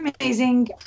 amazing